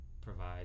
provide